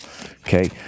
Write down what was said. Okay